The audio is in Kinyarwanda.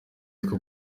two